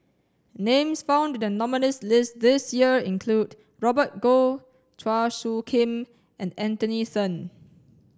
names found in the Nominees' list this year include Robert Goh Chua Soo Khim and Anthony Then